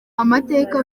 amateka